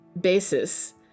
basis